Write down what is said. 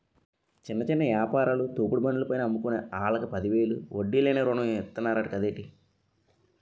చిన్న చిన్న యాపారాలు, తోపుడు బండ్ల పైన అమ్ముకునే ఆల్లకి పదివేలు వడ్డీ లేని రుణం ఇతన్నరంట కదేటి